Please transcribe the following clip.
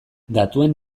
datuen